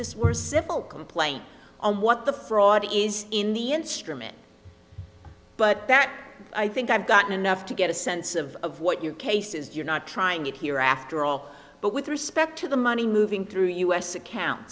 this were a civil complaint what the fraud is in the instrument but that i think i've gotten enough to get a sense of of what your case is you're not trying it here after all but with respect to the money moving through u s account